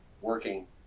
working